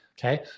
Okay